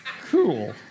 Cool